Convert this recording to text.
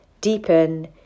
deepen